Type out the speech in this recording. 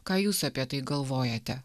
ką jūs apie tai galvojate